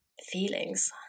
feelings